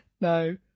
No